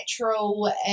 natural